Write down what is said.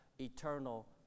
eternal